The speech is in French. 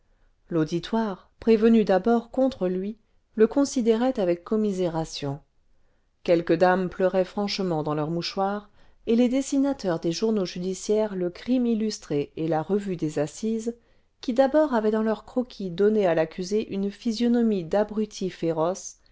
l'auditoire prévenu d'abord contre lui le considérait avec commisération quelques dames pleuraient franchement dans leurs mouchoirs et les dessinateurs des journaux judiciaires le crime illustré et la revue des assises qui d'abord avaient dans leurs croquis donné à l'accusé une physionomie d'abruti féroce